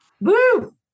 Woo